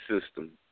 system